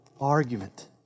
argument